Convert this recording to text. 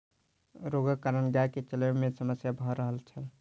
रोगक कारण गाय के चलै में समस्या भ रहल छल